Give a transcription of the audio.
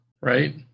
right